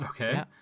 Okay